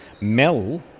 Mel